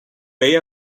bay